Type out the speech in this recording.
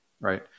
Right